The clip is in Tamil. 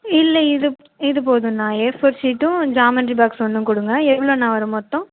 இல்லை இது இது போதுண்ணா ஏ ஃபோர் ஷீட்டும் ஜாமெண்ட்ரி பாக்ஸ் ஒன்றும் கொடுங்க எவ்வளோண்ணா வரும் மொத்தம்